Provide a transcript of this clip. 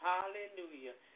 Hallelujah